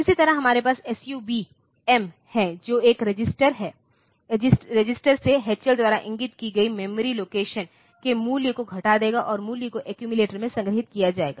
इसी तरह हमारे पास SUBM है जो एक रजिस्टर से H L द्वारा इंगित की गई मेमोरी लोकेशन के मूल्य को घटा देगा और मूल्य को एक्यूमिलेटर में संग्रहीत किया जाएगा